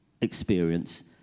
experience